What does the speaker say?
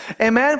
Amen